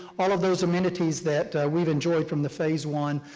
all of those amenities that we've enjoyed from the phase one,